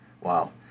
wow